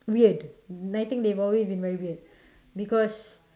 weird I think they have always been very weird because